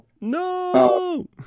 No